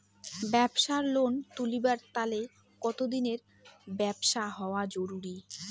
ব্যাবসার লোন তুলিবার তানে কতদিনের ব্যবসা হওয়া জরুরি?